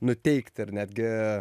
nuteikt ir netgi